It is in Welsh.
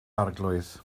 arglwydd